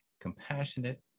compassionate